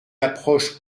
approche